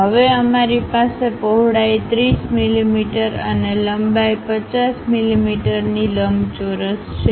હવે અમારી પાસે પહોળાઈ 30 મીમી અને લંબાઈ 50 મીમીની લંબચોરસ છે